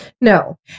No